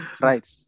right